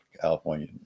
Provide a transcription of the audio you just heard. California